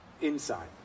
inside